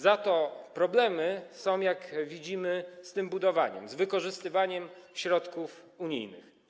Za to są problemy, jak widzimy, z tym budowaniem, z wykorzystywaniem środków unijnych.